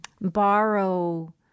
borrow